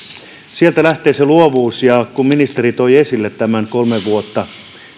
sieltä lähtee se luovuus kun ministeri toi esille tämän kolme vuotta